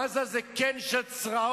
עזה היא קן של צרעות.